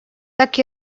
так